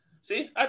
See